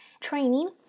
training